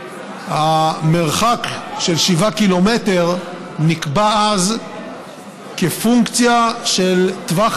המרחק של 7 קילומטר נקבע אז כפונקציה של טווח